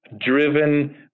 driven